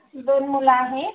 दोन मुलं आहे